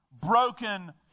broken